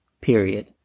period